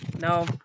No